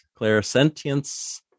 clairsentience